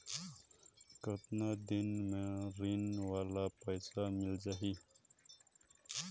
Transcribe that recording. कतना दिन मे ऋण वाला पइसा मिल जाहि?